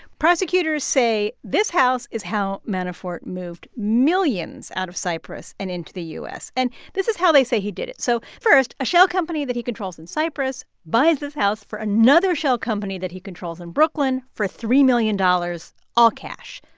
prosecutors say this house is how manafort moved millions out of cyprus and into the u s. and this is how they say he did it. so first, a shell company that he controls in cyprus buys this house for another shell company that he controls in brooklyn for three million dollars all cash.